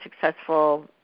successful